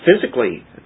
physically